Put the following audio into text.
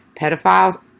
pedophiles